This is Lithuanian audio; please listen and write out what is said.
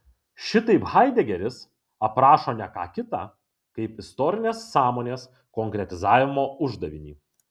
šitaip haidegeris aprašo ne ką kita kaip istorinės sąmonės konkretizavimo uždavinį